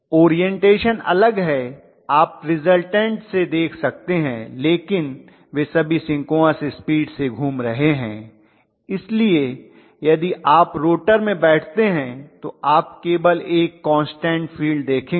orientation अलग है आप रिज़ल्टन्ट से देख सकते हैं लेकिन वे सभी सिंक्रोनस स्पीड से घूम रहे हैं इसलिए यदि आप रोटर में बैठते हैं तो आप केवल एक कान्स्टन्ट फील्ड देखेंगे